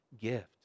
gift